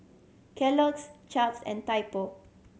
Kellogg's Chaps and Typo